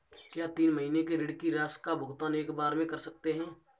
क्या तीन महीने के ऋण की राशि का भुगतान एक बार में कर सकते हैं?